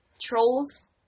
Trolls